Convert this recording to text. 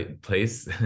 place